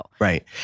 Right